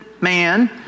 man